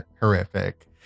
horrific